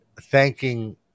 thanking